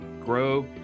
grow